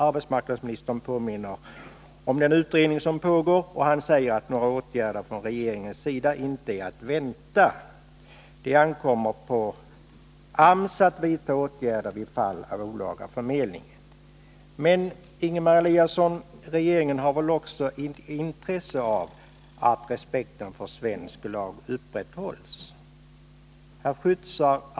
Arbetsmarknadsministern påminner om den utredning som pågår. Han säger att några åtgärder från regeringens sida inte är att vänta. Det ankommer på AMS att vidta åtgärder vid fall av olaga förmedling. Men, Ingemar Eliasson, regeringen har väl också intresse av att respekten för svensk lag upprätthålls?